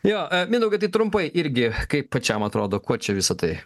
jo mindaugai tai trumpai irgi kaip pačiam atrodo kuo čia visa tai